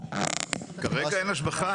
כרגע אין השבחה,